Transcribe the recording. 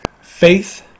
Faith